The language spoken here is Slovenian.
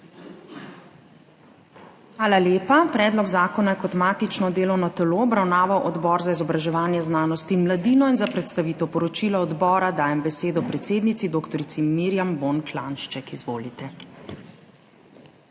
Hvala lepa. Predlog zakona je kot matično delovno telo obravnaval Odbor za izobraževanje, znanost in mladino. Za predstavitev poročila odbora dajem besedo predsednici dr. Mirjam Bon Klanjšček. Izvolite.